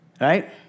Right